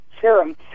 serum